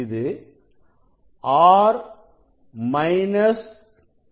இது R minus t